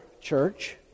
Church